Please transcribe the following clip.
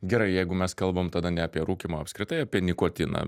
gerai jeigu mes kalbam tada ne apie rūkymą apskritai apie nikotiną